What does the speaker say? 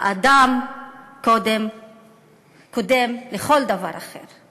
האדם קודם לכל דבר אחר.